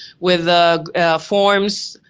with ah forms,